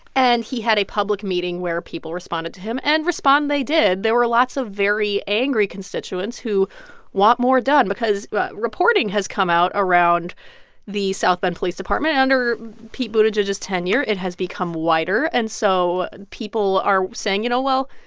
and he had a public meeting where people responded to him, and respond they did. there were lots of very angry constituents who want more done because reporting has come out around the south bend police department. under pete buttigieg's tenure, it has become whiter. and so people are saying, you know, well,